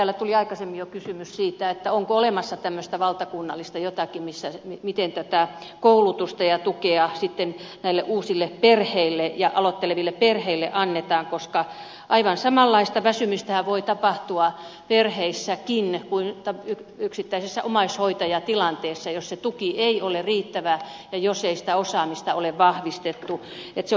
täällä tuli aikaisemmin jo kysymys siitä onko olemassa jotakin tämmöistä valtakunnallista missä koulutusta ja tukea uusille ja aloitteleville perheille annetaan koska aivan samanlaista väsymystähän voi tapahtua perheissäkin kuin yksittäisissä omaishoitajatilanteissa jos se tuki ei ole riittävä ja jos sitä osaamista ei ole vahvistettu